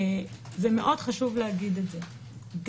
גם